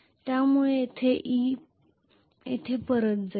त्यामुळे हे येथे e येथे परत जाईल